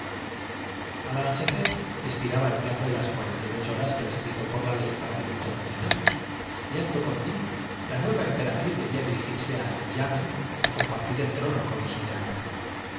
al anochecer espiraba el plazo de las cuarenta y lo derriba ocho horas prescrito por la ley para el luto nacional y silencio imprudentesprosiguió el ángel tutelar acto continuo la nueva emperatriz debía dirigirse al de los desahuciados evitad que nos oigan el empe yamen á compartir el trono con el soberano